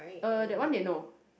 uh that one they know